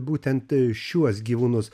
būtent šiuos gyvūnus